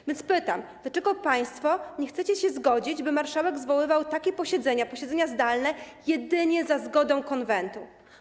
A więc pytam: Dlaczego państwo nie chcecie się zgodzić, by marszałek zwoływał takie posiedzenia, posiedzenia zdalne, jedynie za zgodą Konwentu?